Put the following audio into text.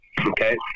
Okay